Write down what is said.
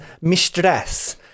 mistress